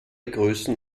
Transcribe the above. größen